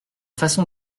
façon